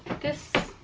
this